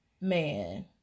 Man